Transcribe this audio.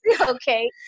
okay